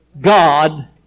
God